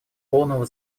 полного